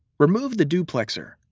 remove the duplexer.